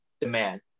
demand